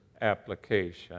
application